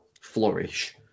flourish